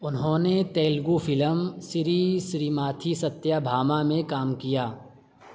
انہوں نے تیلگو فلم سری سریماتھی ستیہ بھاما میں کام کیا